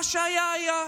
מה שהיה היה.